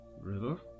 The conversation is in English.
river